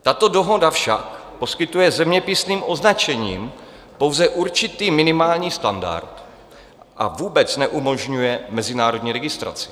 Tato dohoda však poskytuje zeměpisným označením pouze určitý minimální standard a vůbec neumožňuje mezinárodní registraci.